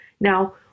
Now